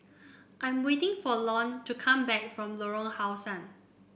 I'm waiting for Lorne to come back from Lorong How Sun